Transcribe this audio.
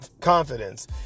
confidence